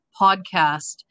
podcast